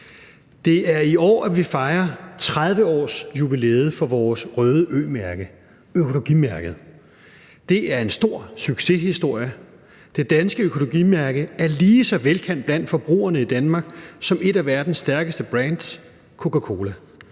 Det er i år, at vi fejrer 30-årsjubilæet for vores røde Ø-mærke, økologimærket. Det er en stor succeshistorie. Det danske økologimærke er lige så velkendt blandt forbrugerne i Danmark som et af verdens stærkeste brands Coca-Cola.